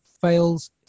fails